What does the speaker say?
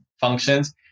functions